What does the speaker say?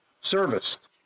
serviced